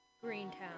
Greentown